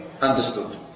understood